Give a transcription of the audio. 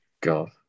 God